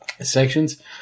Sections